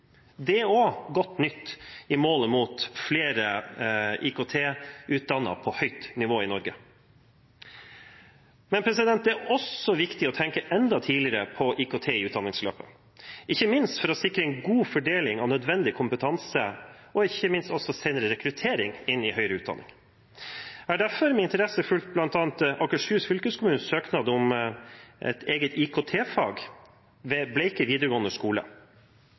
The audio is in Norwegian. Det er også godt nytt i målet mot flere IKT-utdannende på høyt nivå i Norge. Det er også viktig å tenke enda tidligere på IKT i utdanningsløpet, ikke minst for å sikre en god fordeling av nødvendig kompetanse og senere rekruttering inn i høyre utdanning. Jeg har derfor med interesse fulgt bl.a. Akershus fylkeskommunes søknad om et eget IKT-fag ved Bleiker videregående skole.